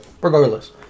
regardless